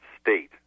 state